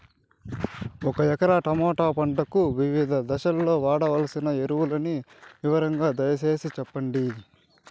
ఒక ఎకరా టమోటా పంటకు వివిధ దశల్లో వాడవలసిన ఎరువులని వివరంగా దయ సేసి చెప్పండి?